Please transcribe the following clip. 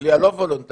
בכלי הלא וולונטרי.